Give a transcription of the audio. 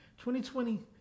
2020